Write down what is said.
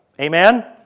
Amen